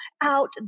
out